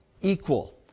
equal